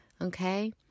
okay